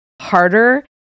harder